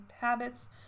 habits